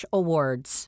awards